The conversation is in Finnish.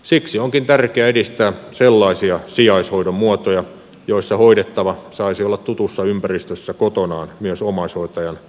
siksi onkin tärkeää edistää sellaisia sijaishoidon muotoja joissa hoidettava saisi olla tutussa ympäristössä kotonaan myös omaishoitajan vapaapäivien aikana